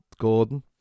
Gordon